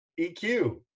EQ